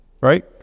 Right